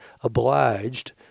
obliged